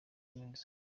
neza